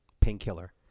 Painkiller